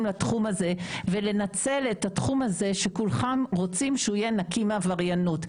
לתחום הזה ולנצל את התחום הזה שכולכם רוצים שהוא יהיה נקי מעבריינות.